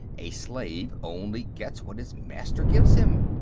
a slave only gets what his master gives him.